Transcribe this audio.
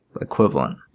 equivalent